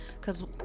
Cause